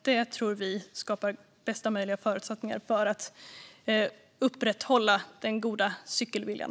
Det tror vi skapar bästa möjliga förutsättningar för att upprätthålla den goda cykelviljan.